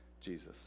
Jesus